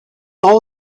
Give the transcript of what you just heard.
all